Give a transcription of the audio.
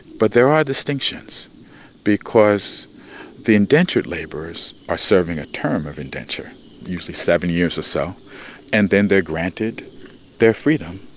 but there are distinctions because the indentured laborers are serving a term of indenture usually seven years or so and then they're granted their freedom